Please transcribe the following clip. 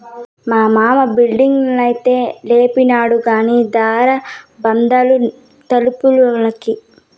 మా మామ బిల్డింగైతే లేపినాడు కానీ దార బందాలు తలుపులకి